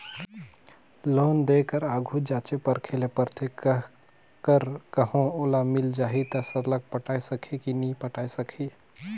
loan देय कर आघु जांचे परखे ले परथे कर कहों ओला मिल जाही ता सरलग पटाए सकही कि नी पटाए सकही